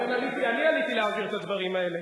לכן אני עליתי להבהיר את הדברים האלה,